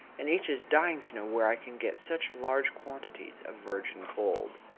and each is dying to know where i can get such large quantities of virgin gold.